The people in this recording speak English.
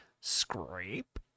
Scrape